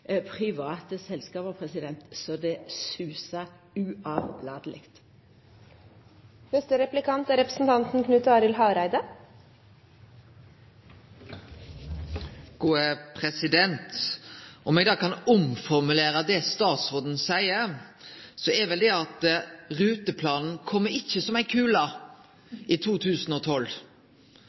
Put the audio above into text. selskap så det suser – uavlateleg. Om eg kan omformulere det som statsråden seier, er vel det at ruteplanen ikkje kjem som ei kule i 2012.